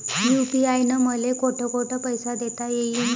UPI न मले कोठ कोठ पैसे देता येईन?